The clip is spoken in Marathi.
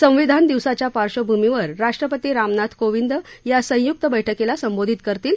संविधान दिवसाच्या पार्श्वभूमीवर राष्ट्रपती रामनाथ कोविंद या संयुक बरुक्कीला संबोधित करतील